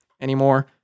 anymore